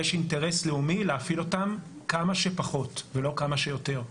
יש אינטרס לאומי להפעיל אותן כמה שפחות ולא כמה שיותר.